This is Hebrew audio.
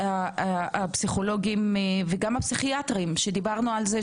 הפסיכולוגיים וגם הפסיכיאטריים שדבירנו על זה,